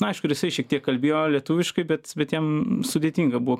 na aišku ir jisai šiek tiek kalbėjo lietuviškai bet bet jam sudėtinga buvo